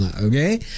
okay